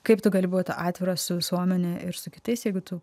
kaip tu gali būt atviras su visuomene ir su kitais jeigu tu